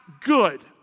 good